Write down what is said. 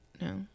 No